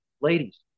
Ladies